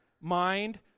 mind